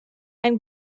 and